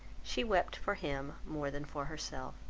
she wept for him, more than for herself.